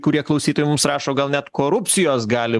kurie klausytojai mums rašo gal net korupcijos gali